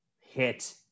hit